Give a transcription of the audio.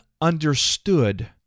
understood